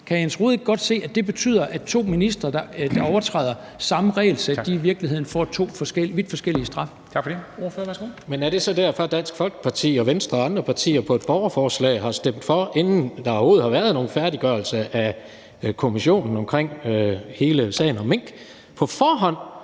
hr. Jens Rohde ikke godt se, at det betyder, at to ministre, der overtræder samme regelsæt, i virkeligheden får to vidt forskellige straffe?